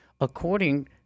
according